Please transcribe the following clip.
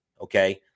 okay